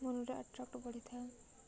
ମନରେ ଆଟ୍ରାକ୍ଟ ବଢ଼ିଥାଏ